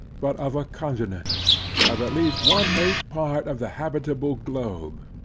but of a continent of at least one eighth part of the habitable globe.